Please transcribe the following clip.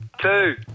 Two